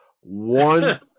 One